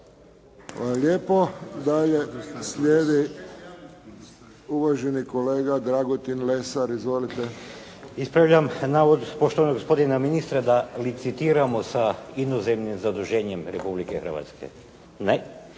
lijepo. Dalje slijedi uvaženi kolega Dragutin Lesar. Izvolite. **Lesar, Dragutin (Nezavisni)** Ispravljam navod poštovanog gospodina ministra da licitiramo sa inozemnim zaduženjem Republike Hrvatske. Ne,